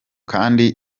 kandi